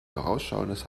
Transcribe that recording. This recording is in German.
vorausschauendes